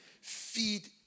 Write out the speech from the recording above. Feed